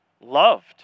loved